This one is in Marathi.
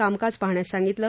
कामकाज पहाण्यास सांगितलं